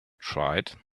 tried